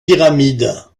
pyramide